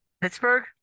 Pittsburgh